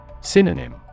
Synonym